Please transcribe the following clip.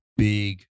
big